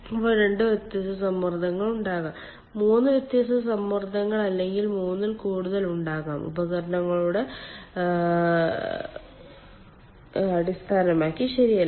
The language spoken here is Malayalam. അപ്പോൾ 2 വ്യത്യസ്ത സമ്മർദ്ദങ്ങൾ ഉണ്ടാകാം 3 വ്യത്യസ്ത സമ്മർദ്ദങ്ങൾ അല്ലെങ്കിൽ 3 ൽ കൂടുതൽ ഉണ്ടാകാം ഉപകരണങ്ങളുടെ ലേഔട്ട് അടിസ്ഥാനമാക്കി ശരിയല്ല